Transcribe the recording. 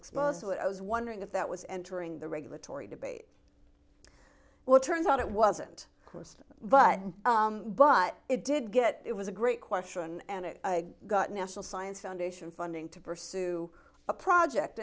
exposed to it i was wondering if that was entering the regulatory debate well it turns out it wasn't but but it did get it was a great question and it got national science foundation funding to pursue a project